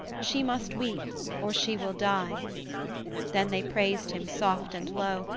she must weep or she will die then they praised him, soft and low,